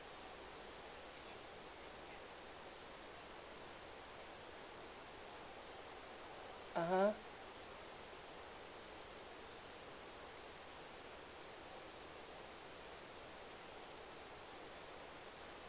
(uh huh)